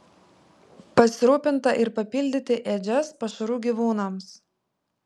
pasirūpinta ir papildyti ėdžias pašaru gyvūnams